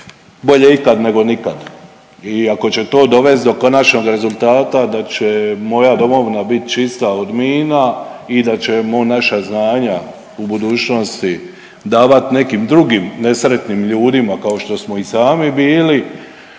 bolje ikad nego nikad. I ako će to dovest do konačnog rezultata da će moja domovina bit čista od mina i da ćemo naša znanja u budućnosti davat nekim drugim nesretnim ljudima kao što smo i sami bili,